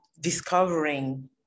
discovering